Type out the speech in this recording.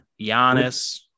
Giannis